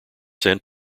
sent